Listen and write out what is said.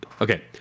Okay